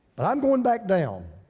but i'm going back down.